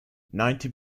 ninety